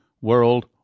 world